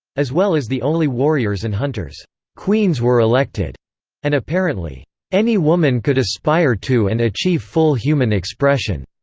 as well as the only warriors and hunters queens were elected and apparently any woman could aspire to and achieve full human expression.